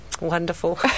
wonderful